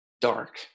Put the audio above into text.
dark